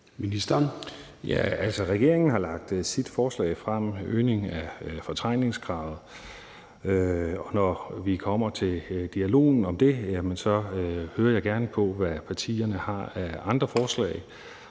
(Lars Aagaard): Altså, regeringen har fremlagt sit forslag om en øgning af fortrængningskravet, og når vi kommer til dialogen om det, hører jeg gerne, hvad partierne har af andre forslag,